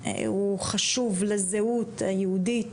הוא חשוב לזהות היהודית,